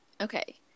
Okay